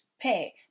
pay